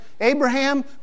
Abraham